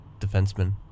defenseman